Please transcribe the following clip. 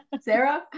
Sarah